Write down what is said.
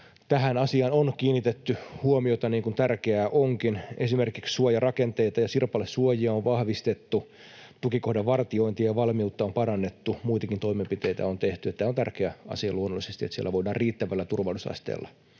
Tähän asiaan on kiinnitetty huomiota, niin kuin tärkeää onkin. Esimerkiksi suojarakenteita ja sirpalesuojia on vahvistettu, tukikohdan vartiointia ja valmiutta on parannettu, muitakin toimenpiteitä on tehty — on luonnollisesti tärkeä asia, että siellä voidaan riittävällä turvallisuusasteella